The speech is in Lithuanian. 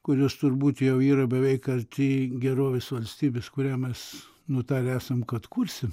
kurios turbūt jau yra beveik arti gerovės valstybės kurią mes nutarę esam kad kursi